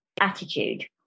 attitude